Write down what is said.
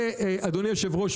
אדוני יושב הראש,